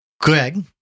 Greg